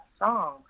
song